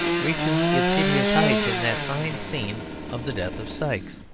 reaches its hideous height in that fine scene of the death of sikes,